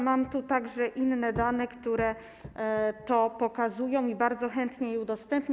Mam tu także inne dane, które to pokazują, i bardzo chętnie je udostępnię.